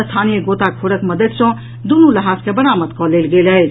स्थानीय गोताखोरक मददि सॅ दूनू लहास के बरामद कऽ लेल गेल अछि